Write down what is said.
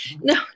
No